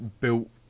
built